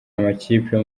amakipe